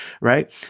right